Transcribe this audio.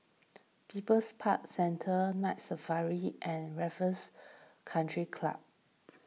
People's Park Centre Night Safari and Raffles Country Club